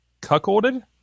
Cuckolded